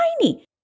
tiny